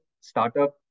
startup